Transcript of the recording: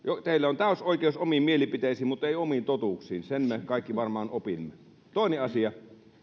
teillä on täysi oikeus omiin mielipiteisiin mutta ei omiin totuuksiin sen me kaikki varmaan opimme toinen asia